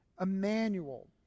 Emmanuel